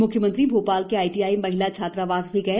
म्ख्यमंत्री ने भोपाल के आईटीआई महिला छात्रावास भी गए